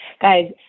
Guys